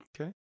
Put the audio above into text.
Okay